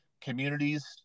communities